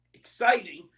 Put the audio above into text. exciting